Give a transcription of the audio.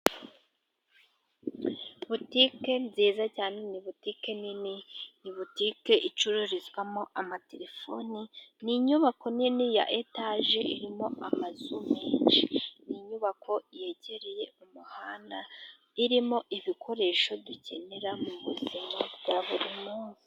Butike nziza cyane ni butike nini , ni butique icururizwamo amatelefoni , ni inyubako nini ya etaje irimo amazu menshi . Ni inyubako yegereye umuhanda , irimo ibikoresho dukenera mu buzima bwa buri munsi.